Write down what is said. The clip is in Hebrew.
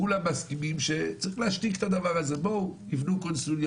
כולם מסכימים שצריך להשתיק את הדבר הזה ושזה לא נורא אם יבנו קונסוליה,